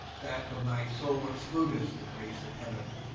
that from thy soul exclud'st the grace of heaven,